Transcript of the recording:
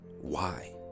why